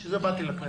בשביל זה באתי לכנסת.